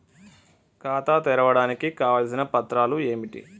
ఖాతా తెరవడానికి కావలసిన పత్రాలు ఏమిటి?